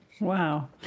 Wow